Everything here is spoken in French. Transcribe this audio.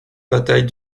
bataille